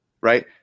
right